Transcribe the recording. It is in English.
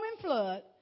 flood